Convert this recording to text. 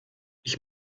ich